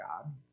God